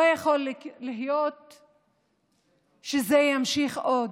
לא יכול להיות שזה ימשיך עוד.